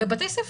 בבתי הספר.